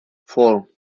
four